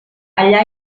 allà